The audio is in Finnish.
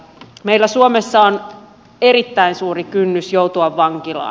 meillä suomessa on erittäin suuri kynnys joutua vankilaan